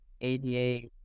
ADA